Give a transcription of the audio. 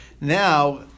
now